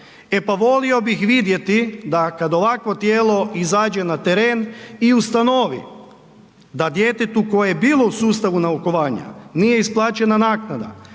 E pa volio bih vidjeti da kada ovakvo tijelo izađe na tren i ustanovi da djetetu koje je bilo na sustavu naukovanja nije isplaćena naknada,